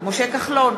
משה כחלון,